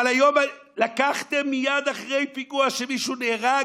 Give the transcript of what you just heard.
אבל היום לקחתם, מייד אחרי פיגוע, כשמישהו נהרג,